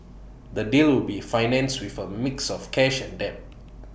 the deal will be financed with A mix of cash and debt